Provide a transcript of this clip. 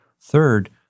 Third